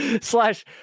Slash